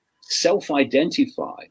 self-identify